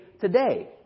today